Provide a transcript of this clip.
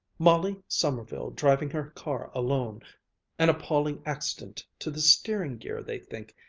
molly sommerville driving her car alone an appalling accident to the steering-gear, they think.